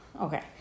Okay